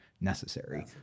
necessary